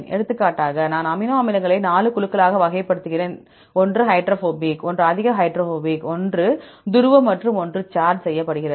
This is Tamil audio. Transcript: எடுத்துக்காட்டாக நான் அமினோ அமிலங்களை 4 குழுக்களாக வகைப்படுத்துகிறேன் ஒன்று ஹைட்ரோபோபிக் ஒன்று அதிக ஹைட்ரோபோபிக் மற்றும் ஒன்று துருவ மற்றும் ஒன்று சார்ஜ் செய்யப்படுகிறது